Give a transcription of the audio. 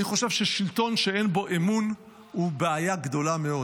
אני חושב ששלטון שאין בו אמון הוא בעיה גדולה מאוד.